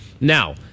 Now